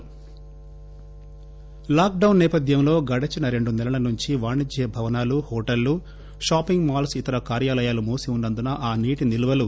Dana Kishore lockdown సేపథ్వంలో గడిచిన రెండు నెలల నుంచి వాణిజ్య భవనాలు హోటళ్లు షాపింగ్ మాల్స్ ఇతర కార్యాలయాలు మూసి ఉన్నందున ఆ నీటి నిల్వలు